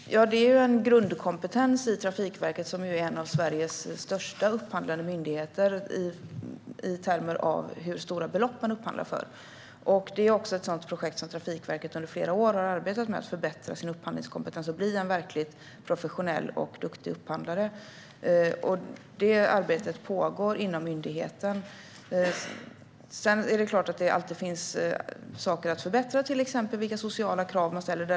Fru talman! Det är en grundkompetens i Trafikverket som ju är en av Sveriges största upphandlande myndigheter i termer av hur stora belopp man upphandlar för. Trafikverket har under flera år har arbetat med att förbättra sin upphandlingskompetens och bli en verkligt professionell och duktig upphandlare. Det arbetet pågår inom myndigheten. Sedan är det klart att det alltid finns saker att förbättra, till exempel vilka sociala krav man ställer.